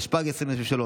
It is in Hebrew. התשפ"ג 2023,